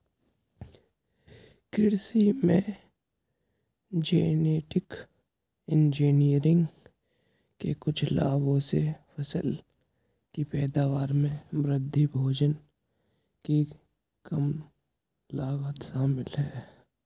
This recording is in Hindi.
कृषि में जेनेटिक इंजीनियरिंग के कुछ लाभों में फसल की पैदावार में वृद्धि, भोजन की कम लागत शामिल हैं